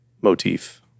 motif